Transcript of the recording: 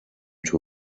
too